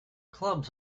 clubs